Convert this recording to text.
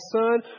son